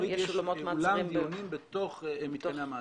בארצות הברית יש אולם דיונים בתוך מתקן המעצר.